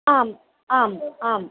आम् आम् आम्